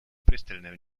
пристальное